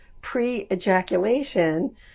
pre-ejaculation